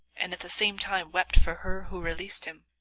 and at the same time wept for her who released him.